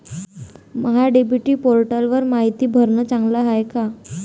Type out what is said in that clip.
महा DBT पोर्टलवर मायती भरनं चांगलं हाये का?